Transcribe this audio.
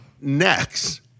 next